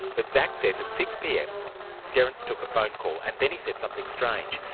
but szach says at six pm derrance took a phone call, and then he said something strange,